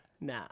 Nah